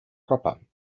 proper